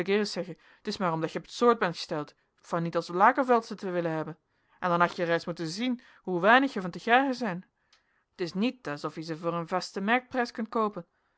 t is maer omdat je op t soort bent esteld van niet as lakenveldsche te willen hebben en dan had je reis motten zien hoe weinig er van te krijgen zijn t is niet as of ie ze veur een vasten merktprijs kunt koopen